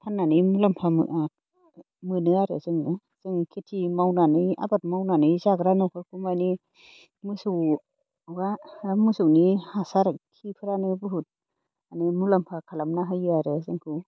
फाननानै मुलाम्फा मोनो आरो जोङो जों खेथि मावनानै आबाद मावनानै जाग्रा न'खरखौ माने मोसौआ मोसौनि हासार खिफोरानो बुहुद माने मुलाम्फा खालामना होयो आरो जोंखौ